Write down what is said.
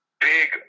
big